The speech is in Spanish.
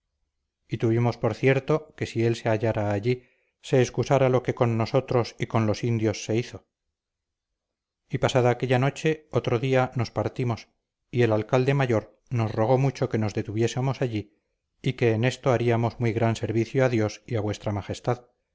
y tuvimos por cierto que si él se hallara allí se excusara lo que con nosotros y con los indios se hizo y pasada aquella noche otro día nos partimos y el alcalde mayor nos rogó mucho que nos detuviésemos allí y que en esto haríamos muy gran servicio a dios y a vuestra majestad